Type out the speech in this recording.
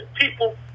People